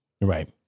Right